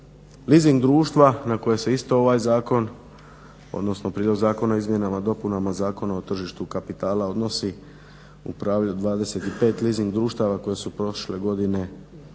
Leasing društva na koje se isto ovaj zakon, odnosno Prijedlog zakona o izmjenama i dopunama Zakona o tržištu kapitala odnosi upravlja 25 leasing društava koja su prošle godine